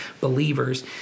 believers